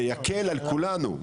זה יקל על כולנו.